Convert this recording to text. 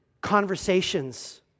conversations